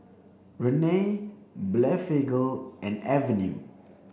Rene Blephagel and Avene